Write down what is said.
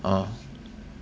oh